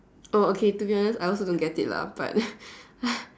oh okay to be honest I also don't get it lah but